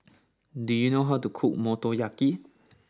do you know how to cook Motoyaki